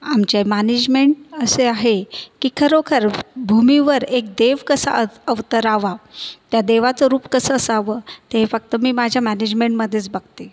आमचे मॅनेजमेंट असे आहे की खरोखर भूमीवर एक देव कसा अव अवतरावा त्या देवाचं रूप कसं असावं ते फक्त मी माझ्या मॅनेजमेंटमध्येच बघते